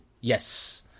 Yes